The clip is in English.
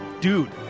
dude